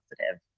positive